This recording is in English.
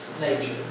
nature